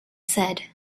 said